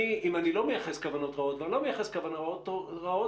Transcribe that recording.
אם אני לא מייחס כוונות רעות ואני לא מייחס כוונות רעות,